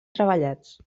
treballats